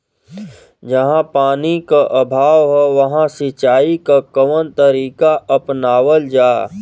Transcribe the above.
जहाँ पानी क अभाव ह वहां सिंचाई क कवन तरीका अपनावल जा?